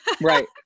Right